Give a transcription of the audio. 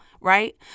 right